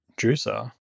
juicer